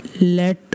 let